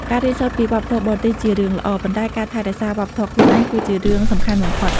ការរៀនសូត្រពីវប្បធម៌បរទេសជារឿងល្អ ប៉ុន្តែការថែរក្សាវប្បធម៌ខ្លួនឯងគឺជារឿងសំខាន់បំផុត។